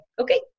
Okay